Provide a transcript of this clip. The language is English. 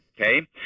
Okay